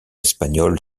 espagnol